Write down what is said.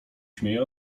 śmieje